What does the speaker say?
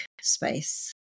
space